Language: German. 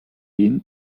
ihn